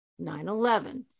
9-11